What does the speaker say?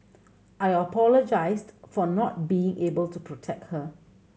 I apologised for not being able to protect her